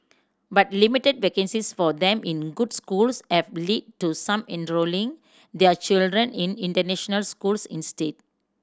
but limited vacancies for them in good schools have lead to some enrolling their children in international schools instead